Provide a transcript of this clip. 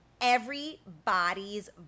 everybody's